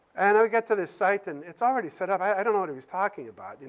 and we get to this site, and it's already set up. i don't know what he was talking about. and